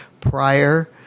prior –